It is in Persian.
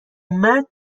مرگ